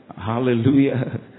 Hallelujah